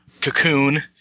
cocoon